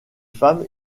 femmes